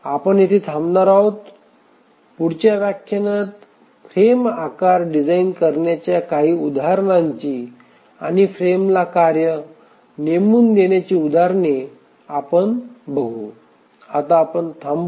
आपण येथे थांबणार आहोत पुढच्या व्याख्यानात फ्रेम आकार डिझाइन करण्याच्या काही उदाहरणांची आणि फ्रेमला कार्ये नेमून देण्याची उदाहरणे आपण बघू आता आपण थांबूया